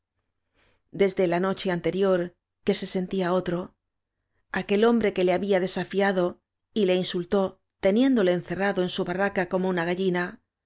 desde la noche anterior que se sentía otro aquel hombre que le había desafiado y le insultó teniéndole encerrado en su ba rraca como una gallina